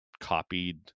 copied